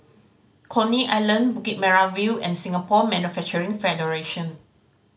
Coney Island Bukit Merah View and Singapore Manufacturing Federation